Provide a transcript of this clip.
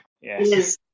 yes